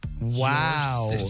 Wow